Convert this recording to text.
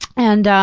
and